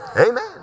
Amen